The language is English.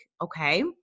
Okay